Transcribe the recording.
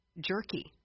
jerky